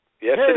Yes